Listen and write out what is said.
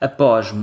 Após